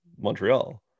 Montreal